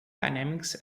dynamics